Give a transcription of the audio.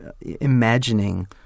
imagining